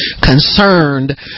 concerned